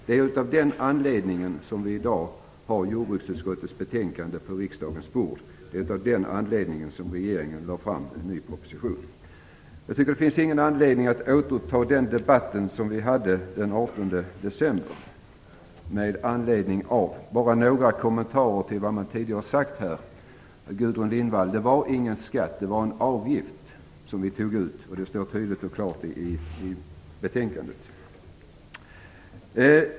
Det är av den anledningen som vi i dag har jordbruksutskottets betänkande på riksdagens bord. Det är av den anledningen som regeringen har lagt fram en ny proposition. Det finns ingen anledning att återuppta den debatt som vi hade den 18 december. Jag vill bara göra några kommentarer till vad som tidigare har sagts. Till Gudrun Lindvall vill jag säga att det inte var en skatt utan en avgift som vi tog ut. Det står tydligt och klart i betänkandet.